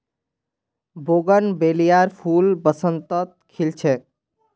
बोगनवेलियार फूल बसंतत खिल छेक